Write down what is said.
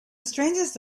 strangers